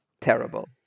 terrible